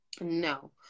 no